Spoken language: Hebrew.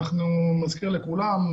נזכיר לכולם,